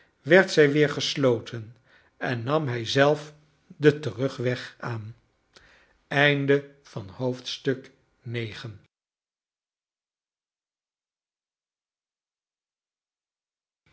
werd zij weer gesloten en nam hij zelf den terugweg aan